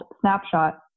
snapshot